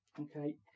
Okay